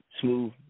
smooth